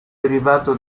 derivato